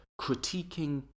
critiquing